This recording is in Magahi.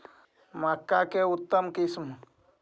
मक्का के उतम किस्म?